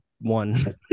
one